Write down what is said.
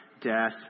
death